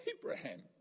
Abraham